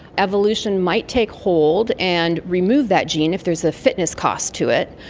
evolution might take hold and remove that gene if there is a fitness cost to it.